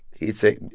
he'd say,